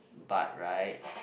but right